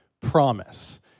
promise